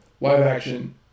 live-action